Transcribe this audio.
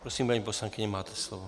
Prosím, paní poslankyně, máte slovo.